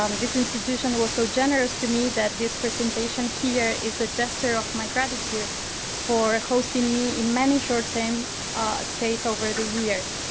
um this institution was so generous to me that this presentation here is a gesture of my gratitude for hosting me in many short-time so ah stays over the years.